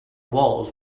walls